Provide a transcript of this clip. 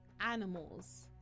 animals